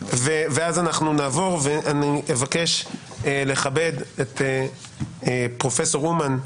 אני אבקש לכבד את פרופ' אומן,